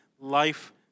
life